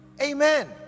Amen